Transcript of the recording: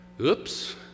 Oops